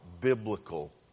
biblical